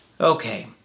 Okay